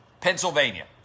Pennsylvania